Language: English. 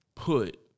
Put